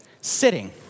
Sitting